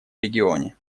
регионе